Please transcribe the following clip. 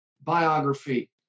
biography